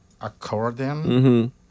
accordion